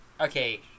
Okay